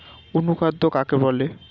অনুখাদ্য কাকে বলে?